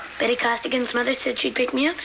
betty costigan's mother said she'd pick me up.